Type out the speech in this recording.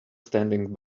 standing